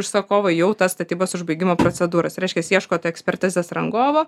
užsakovai jau tas statybos užbaigimo procedūras reiškias ieškot ekspertizės rangovo